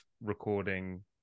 recording